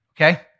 okay